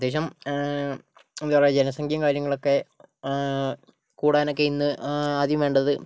അത്യാവശ്യം എന്താ പറയുക ജനസഖ്യയും കാര്യങ്ങളുമൊക്കെ കൂടാനൊക്കെ ഇന്ന് ആദ്യം വേണ്ടത്